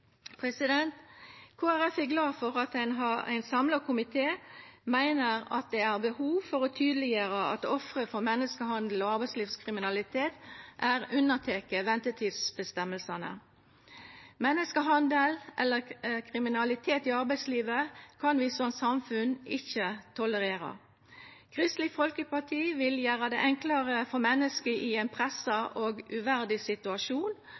er glad for at ein samla komité meiner at det er behov for å tydeleggjera at offer for menneskehandel og arbeidslivskriminalitet er unnatekne ventetidsbestemmingane. Menneskehandel eller kriminalitet i arbeidslivet kan vi som samfunn ikkje tolerera. Kristeleg Folkeparti vil gjera det enklare for menneske i ein pressa og uverdig situasjon